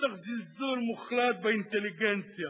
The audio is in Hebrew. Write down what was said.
מתוך זלזול מוחלט באינטליגנציה.